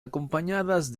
acompañadas